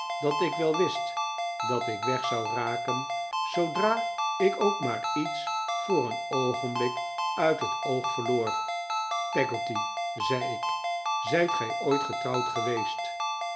dat ik wel wist dat ik weg zou raken zoodra ik ook maar iets voor een oogenblik uit het oog verloor peggotty zei ik zijt gij ooit getrouwd geweest